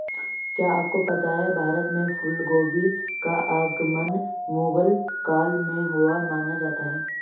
क्या आपको पता है भारत में फूलगोभी का आगमन मुगल काल में हुआ माना जाता है?